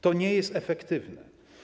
To nie jest efektywne.